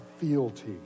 fealty